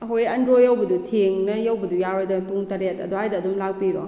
ꯑꯩꯈꯣꯏ ꯑꯟꯗ꯭ꯔꯣ ꯌꯧꯕꯗꯨ ꯊꯦꯡꯅ ꯌꯧꯕꯗꯨ ꯌꯥꯔꯣꯏꯗꯕ ꯄꯨꯡ ꯇꯔꯦꯠ ꯑꯗꯨꯋꯥꯏꯗ ꯑꯗꯨꯝ ꯂꯥꯛꯄꯤꯔꯣ